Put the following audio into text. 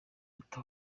ati